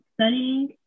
studying